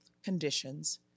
conditions